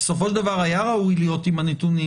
בסופו של דבר היה ראוי לראות עם הנתונים